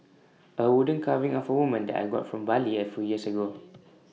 A wooden carving of A woman that I got from Bali A few years ago